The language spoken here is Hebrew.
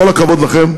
כל הכבוד לכם.